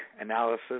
analysis